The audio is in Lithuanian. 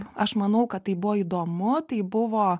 aš manau kad tai buvo įdomu tai buvo